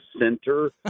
center